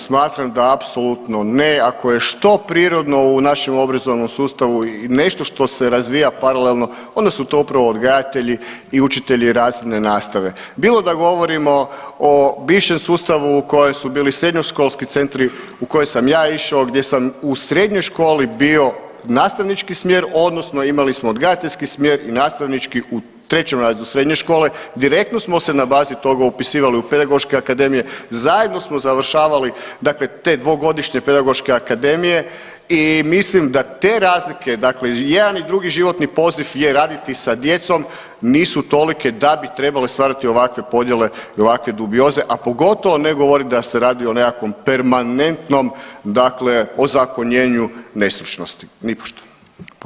Smatram da apsolutno ne, ako je što prirodno u našem obrazovnom sustavu i nešto što se razvija paralelno onda su to upravo odgajatelji i učitelji razredne nastave bilo da govorimo o bivšem sustavu u kojem su bili srednjoškolski centri, u koje sam ja išao gdje sam u srednjoj školi bio nastavnički smjer odnosno imali smo odgajateljski smjer i nastavnički u 3 razredu srednje škole, direktno smo se na bazi toga upisivali u pedagoške akademije, zajedno smo završavali dakle te dvogodišnje pedagoške akademije i mislim da te razlike, dakle jedan i drugi životni poziv je raditi sa djecom nisu tolike da bi trebale stvarati ovakve podjele i ovakve dubioze, a pogotovo ne govorit da se radi o nekakvom permanentnom dakle ozakonjenju nestručnosti, nipošto.